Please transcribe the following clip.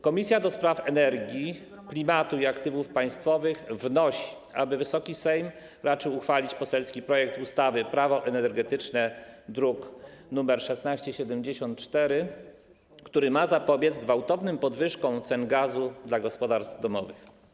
Komisja do Spraw Energii, Klimatu i Aktywów Państwowych wnosi, aby Wysoki Sejm raczył uchwalić poselski projekt ustawy - Prawo energetyczne, druk nr 1674, który ma zapobiec gwałtownym podwyżkom cen gazu dla gospodarstw domowych.